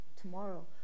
tomorrow